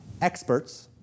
experts